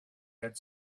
had